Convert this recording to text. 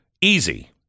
Easy